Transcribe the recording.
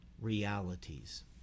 realities